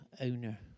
owner